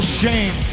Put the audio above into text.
shame